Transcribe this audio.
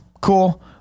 cool